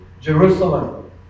Jerusalem